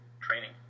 training